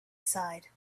aside